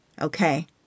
Okay